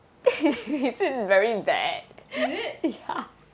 is it